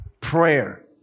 Prayer